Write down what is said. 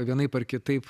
vienaip ar kitaip